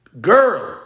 girl